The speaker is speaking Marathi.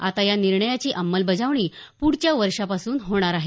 आता या निर्णयाची अंमलबजावणी प्ढच्या वर्षापासून होणार आहे